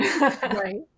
Right